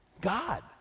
God